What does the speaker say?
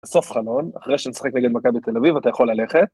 סוף חלון, אחרי שנשחק נגד מכבי תל אביב אתה יכול ללכת.